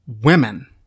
women